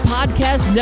Podcast